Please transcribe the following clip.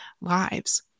lives